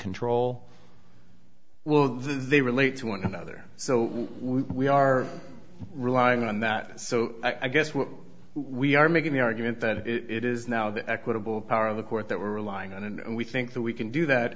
control well they relate to one another so we are relying on that so i guess what we are making the argument that it is now the equitable power of the court that we're relying on and we think that we can do that